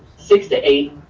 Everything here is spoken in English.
six to eight,